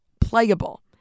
playable